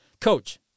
Coach